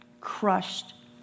crushed